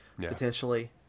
potentially